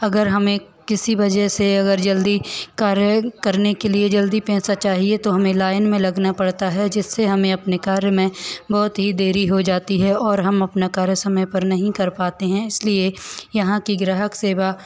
अगर हमें किसी वजह से अगर जल्दी कार्य करने के लिए जल्दी पैसा चाहिए तो हमें लाइन में लगना पड़ता है जिससे हमें अपने कार्य में बहुत ही देरी हो जाती है और हम अपना कार्य समय पर नहीं कर पाते हैं इसलिए यहाँ की ग्राहक सेवा